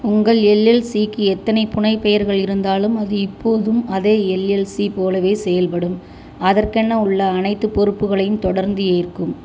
உங்கள் எல்எல்சிக்கு எத்தனை புனைப்பெயர்கள் இருந்தாலும் அது இப்போதும் அதே எல்எல்சி போலவே செயல்படும் அதற்கென உள்ள அனைத்துப் பொறுப்புகளையும் தொடர்ந்து ஏற்கும்